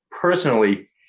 personally